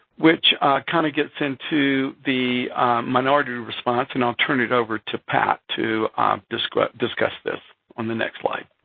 which kind of gets into the minority response. and i'll turn it over to pat to discuss discuss this on the next slide.